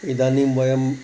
इदानीं वयम्